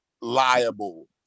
liable